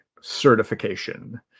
certification